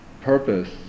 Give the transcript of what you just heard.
purpose